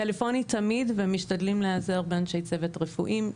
טלפוני תמיד ומשתדלים להיעזר באנשי צוות רפואיים.